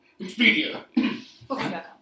Expedia